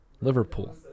Liverpool